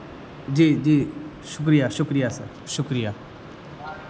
جی جی شکریہ شکریہ سر شکریہ